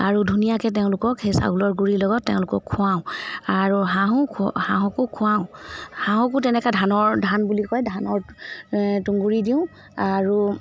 আৰু ধুনীয়াকৈ তেওঁলোকক সেই চাউলৰ গুড়িৰ লগত তেওঁলোকক খোৱাও আৰু হাঁহো খ হাঁহকো খোৱাও হাঁহকো তেনেকৈ ধানৰ ধান বুলি কয় ধানৰ তুঁহগুৰি দিওঁ আৰু